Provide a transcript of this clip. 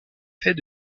fait